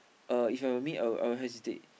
If I were me I will I will hesitate